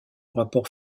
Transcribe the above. rapport